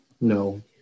No